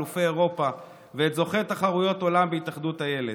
אלופי אירופה ואת זוכי תחרויות העולם בהתאחדות איל"ת,